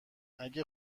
اگه